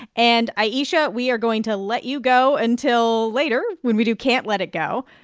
and, ayesha, we are going to let you go until later, when we do can't let it go.